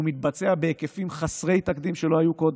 הוא מתבצע בהיקפים חסרי תקדים, שלא היו קודם.